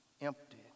empty